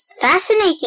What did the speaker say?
fascinating